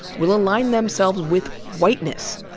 will align themselves with whiteness,